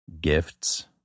gifts